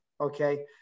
Okay